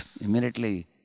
immediately